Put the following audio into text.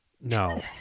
No